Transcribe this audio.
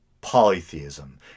polytheism